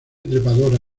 trepadora